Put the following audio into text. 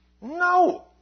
No